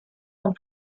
dans